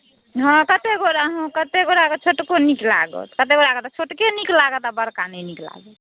हँ कतेक गोटा हँ कतेक गोटाकेँ छोटको नीक लागत कतेक गोटेकेँ तऽ छोटके नीक लागत आ बड़का नहि नीक लागत